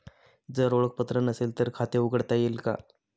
जर ओळखपत्र नसेल तर खाते उघडता येईल का?